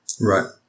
Right